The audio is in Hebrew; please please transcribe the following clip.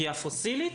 אירופה.